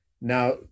now